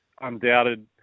Undoubted